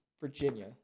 Virginia